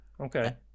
okay